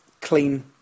clean